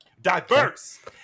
diverse